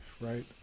right